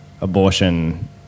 abortion